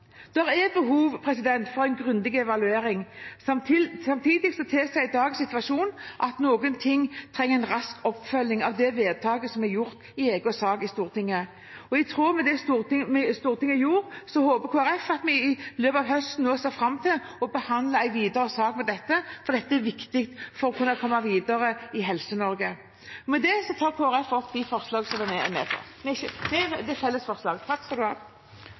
der, har god kompetanse. Det er behov for en grundig evaluering. Samtidig tilsier dagens situasjon at noen ting trenger en rask oppfølging av det vedtaket som ble gjort i egen sak i Stortinget. I tråd med det Stortinget gjorde, håper Kristelig Folkeparti at vi i løpet høsten kan se fram til videre å behandle en sak om dette, fordi det er viktig for å kunne komme videre i Helse-Norge. Representantene gir uttrykk for utålmodighet når en fremmer forslag om tiltak for å styrke rekruttering til og finansiering av fastlegeordningen. Komiteens innstilling viser at flere forslag